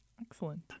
Excellent